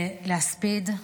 להספיד,